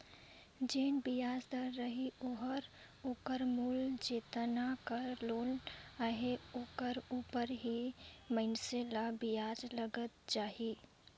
जेन बियाज दर रही ओहर ओकर मूल जेतना कर लोन अहे ओकर उपर ही मइनसे ल बियाज लगत जाही